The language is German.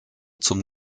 zum